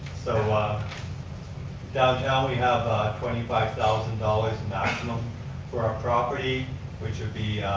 so um downtown, we have twenty five thousand dollars maximum for our property which would be